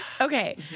Okay